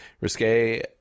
risque